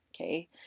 okay